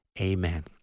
Amen